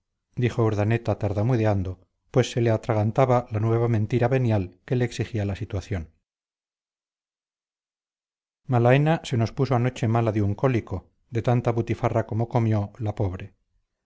porque verás dijo urdaneta tartamudeando pues se le atragantaba la nueva mentira venial que le exigía la situación malaena se nos puso anoche mala de un cólico de tanta butifarra como comió la pobre